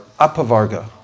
apavarga